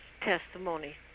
testimony